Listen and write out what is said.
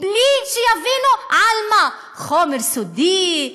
בלי שיבינו על מה: חומר סודי?